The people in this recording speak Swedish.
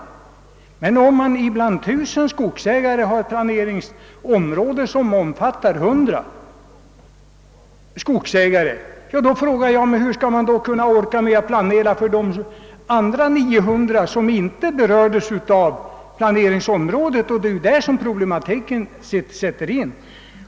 Om man exempelvis när det gäller 1000 skogsägare har planeringsområden som berör 100 skogsägare, då frågar "jag mig: Hur skall man kunna orka med att planera för de andra 900, som inte berördes av planeringsområdet? Det är där som problematiken sätter in.